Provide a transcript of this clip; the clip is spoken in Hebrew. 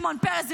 שמעון פרס,